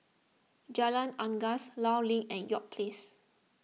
Jalan Unggas Law Link and York Place